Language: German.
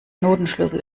notenschlüssel